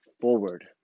forward